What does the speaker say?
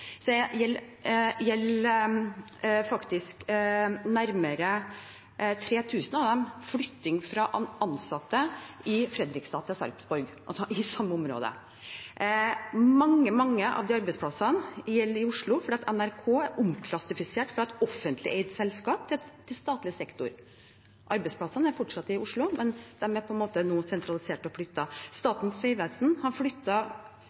gjelder faktisk nærmere 3 000 av dem flytting av ansatte fra Fredrikstad til Sarpsborg – altså i samme område. Mange, mange av de arbeidsplassene gjelder Oslo, fordi NRK er omklassifisert fra et offentlig eid selskap til statlig sektor. Arbeidsplassene er fortsatt i Oslo, men de er nå på en måte sentralisert og flyttet. Statens vegvesen har